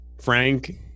Frank